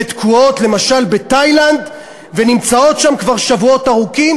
ותקועות למשל בתאילנד ונמצאות שם כבר שבועות ארוכים,